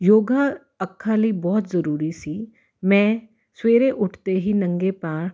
ਯੋਗਾ ਅੱਖਾਂ ਲਈ ਬਹੁਤ ਜ਼ਰੂਰੀ ਸੀ ਮੈਂ ਸਵੇਰੇ ਉੱਠਦੇ ਹੀ ਨੰਗੇ ਪੈਰ